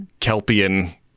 kelpian